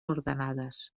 ordenades